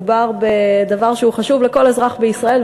מדובר בדבר שהוא חשוב לכל אזרח בישראל,